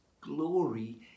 glory